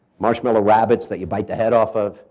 marshmallow rabbits that you bite the head off of